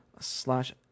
slash